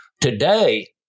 Today